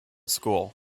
school